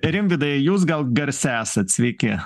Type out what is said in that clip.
rimvydai jūs gal garse esat sveiki